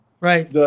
Right